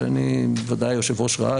ודאי היושב-ראה,